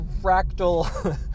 fractal